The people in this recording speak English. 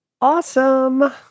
Awesome